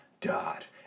dot